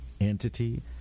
entity